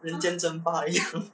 人间蒸发 一样